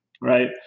right